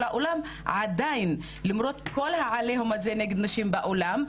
העולם עדיין למרות כל ה-עליהום הזה נגד נשים בעולם,